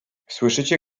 słyszycie